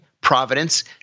Providence